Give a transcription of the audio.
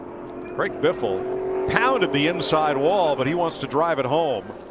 greg biffle pounded the inside wall. but he wants to drive it home.